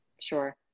Sure